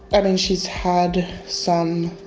i mean she's had some,